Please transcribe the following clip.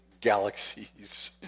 galaxies